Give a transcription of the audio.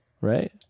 right